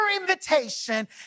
invitation